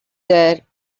their